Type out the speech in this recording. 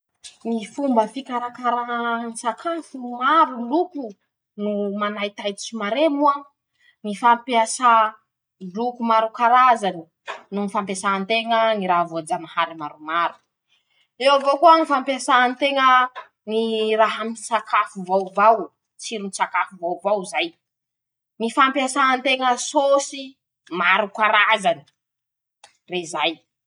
<...>Ñy fomba fikarakaràn-tsakafo maro. loko no manaitaitsy maré moa: -ñy fampiasà loko maro karazany. noho fampiasan-teña ñy raha voajanahary maromaro; eo avao koa ñy fampiasan-teña ñy raha mi sakafo vaovao. tsiron-tsakafo vaovao zay ;ñy fampiasan-teña sôsy maro karazany. rezay.